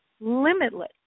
limitless